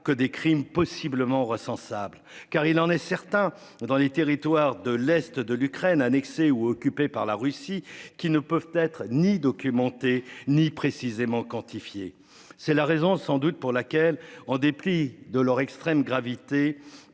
que des crimes possiblement ressent sable car il en est certain dans les territoires de l'Est de l'Ukraine annexées ou occupées par la Russie qui ne peuvent être ni documenté ni précisément quantifiée. C'est la raison sans doute pour laquelle, en dépit de leur extrême gravité